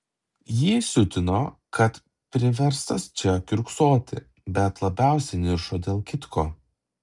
jį siutino kad priverstas čia kiurksoti bet labiausiai niršo dėl kitko